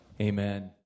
Amen